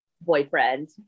boyfriend